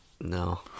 No